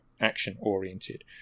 action-oriented